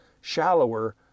shallower